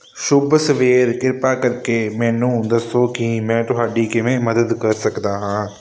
ਸ਼ੁਭ ਸਵੇਰ ਕਿਰਪਾ ਕਰਕੇ ਮੈਨੂੰ ਦੱਸੋ ਕਿ ਮੈਂ ਤੁਹਾਡੀ ਕਿਵੇਂ ਮਦਦ ਕਰ ਸਕਦਾ ਹਾਂ